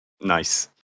Nice